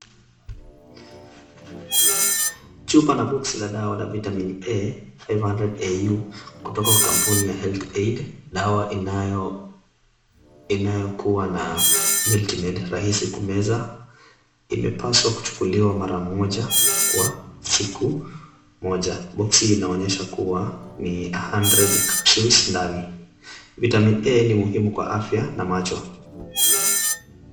Chupa na boksi la dawa la Vitamin A 500au kutoka kampuni ya Health Aid. Dawa inayokuwa na multi-med rahisi kumeza. Imepaswa kuchukuliwa mara moja kwa siku moja. Boksi inaonyesha kuwa ni a hundred capsules ndani. VItamin A ni muhimu kwa afya na macho.